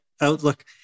outlook